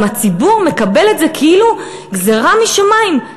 גם הציבור מקבל את זה כאילו זו גזירה משמים,